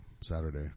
Saturday